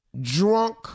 drunk